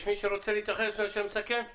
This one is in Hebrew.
אני אסכם את הישיבה.